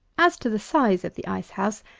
as to the size of the ice-house,